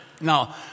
Now